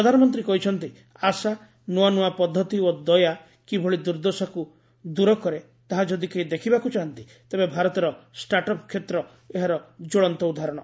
ପ୍ରଧାନମନ୍ତ୍ରୀ କହିଛନ୍ତି ଆଶା ନୂଆନୂଆ ପଦ୍ଧତି ଓ ଦୟା କିଭଳି ଦୁର୍ଦ୍ଦଶାକୁ ଦୂରକରେ ତାହାଯଦି କେହି ଦେଖିବାକୁ ଚାହାନ୍ତି ତେବେ ଭାରତର ଷ୍ଟାଟ୍ଅପ୍ କ୍ଷେତ୍ର ଏହାର ଜ୍ୱଳନ୍ତ ଉଦାହରଣ